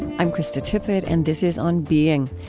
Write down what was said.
i'm krista tippett, and this is on being.